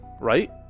Right